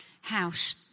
house